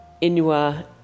Inua